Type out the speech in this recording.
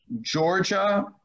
Georgia